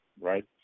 right